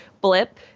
blip